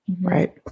Right